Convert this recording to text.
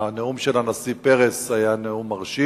שהנאום של הנשיא פרס היה נאום מרשים.